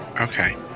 okay